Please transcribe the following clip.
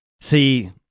See